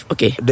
Okay